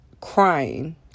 crying